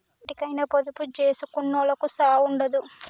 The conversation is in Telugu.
ఎప్పటికైనా పొదుపు జేసుకునోళ్లకు సావుండదు